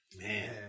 man